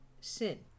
sin